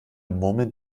murmeln